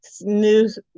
news